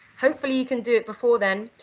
hopefully you can do it before then,